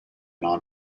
non